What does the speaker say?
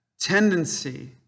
tendency